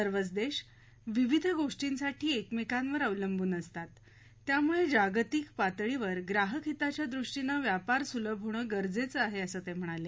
सर्वच देश विविध गोष्टींसाठी एकमेकांवर अवलंबून असतात त्यामुळं जागतिक पातळीवर ग्राहक हिताच्या दृष्टीनं व्यापार सुलभ होणं गरजेचं आहे असं ते म्हणाले